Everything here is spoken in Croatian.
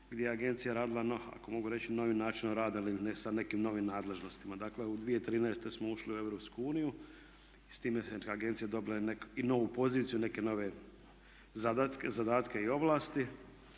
gdje je agencija radila ako mogu reći novim načinom rada ili sa nekim novim nadležnostima. Dakle, u 2013. smo ušli u EU, s time da je agencija dobila i novu pozivnicu i neke nove zadatke i ovlasti.